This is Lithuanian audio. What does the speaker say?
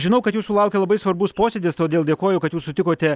žinau kad jūsų laukia labai svarbus posėdis todėl dėkoju kad jūs sutikote